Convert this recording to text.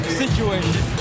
situation